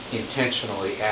intentionally